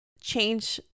change